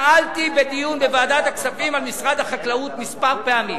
שאלתי בדיון בוועדת הכספים על משרד החקלאות מספר פעמים,